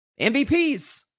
MVPs